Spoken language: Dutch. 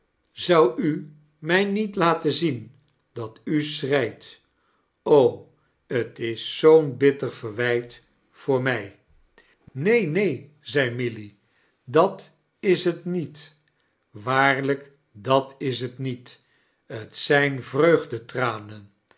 zoudt u mij niet latent zien dat u schreit o t is zoo'n bitter verwijt voor mij neen neen zei milly dat is t niet waarlijk dat is t niet t zijn